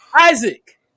Isaac